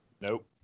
Nope